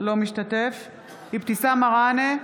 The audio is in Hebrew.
בהצבעה אבתיסאם מראענה,